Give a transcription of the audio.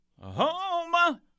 Home